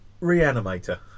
reanimator